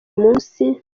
munsi